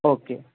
okay